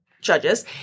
judges